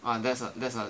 ah that's a that's a